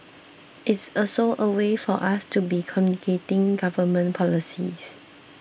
it's also a way for us to be communicating government policies